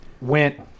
went